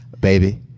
baby